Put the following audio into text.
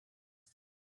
feet